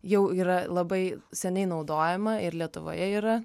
jau yra labai seniai naudojama ir lietuvoje yra